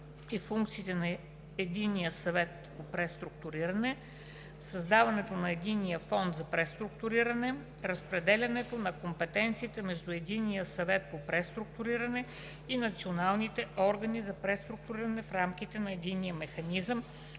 и функциите на Единния съвет по преструктуриране, създаването на Единния фонд за преструктуриране, разпределянето на компетенциите между Единния съвет за преструктуриране и националните органи за преструктуриране в рамките на Единния механизъм